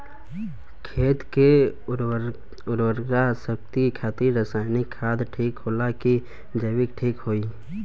खेत के उरवरा शक्ति खातिर रसायानिक खाद ठीक होला कि जैविक़ ठीक होई?